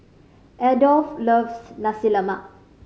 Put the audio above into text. Adolph loves Nasi Lemak